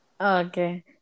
Okay